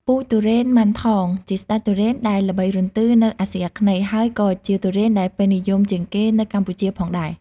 ពូជទុរេនម៉ាន់ថងជាស្តេចទុរេនដែលល្បីរន្ទឺនៅអាស៊ីអាគ្នេយ៍ ហើយក៏ជាទុរេនដែលពេញនិយមជាងគេនៅកម្ពុជាផងដែរ។